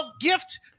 gift